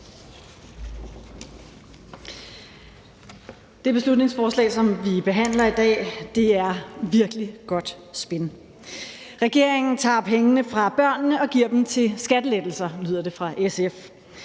Det beslutningsforslag, som vi behandler i dag, er virkelig godt spin. Regeringen tager pengene fra børnene og giver dem til skattelettelser, lyder det fra SF.